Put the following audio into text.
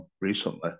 recently